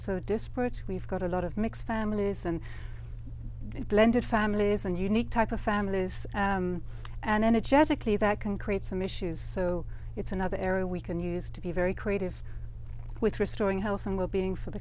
so disparate we've got a lot of mixed families and blended families and unique type of families and energetically that can create some issues so it's another area we can use to be very creative with restoring healthy well being for the